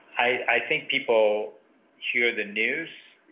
i, i think people hear the news.